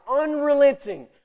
unrelenting